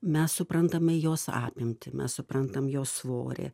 mes suprantame jos apimtį mes suprantam jos svorį